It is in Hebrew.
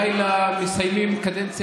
שאם יש לו עובד זר,